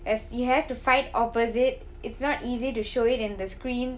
as you have to fight opposite it's not easy to show it in the screen